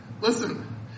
listen